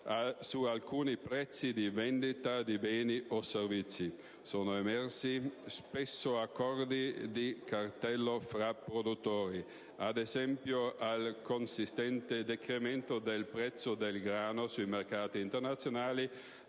su alcuni prezzi di vendita di beni o servizi. Sono emersi spesso accordi di cartello fra produttori: ad esempio, al consistente decremento del prezzo del grano sui mercati internazionali